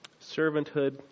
servanthood